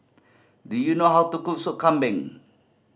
do you know how to cook Sop Kambing